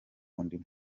undi